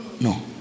No